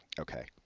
Okay